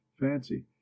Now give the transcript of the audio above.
fancy